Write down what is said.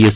S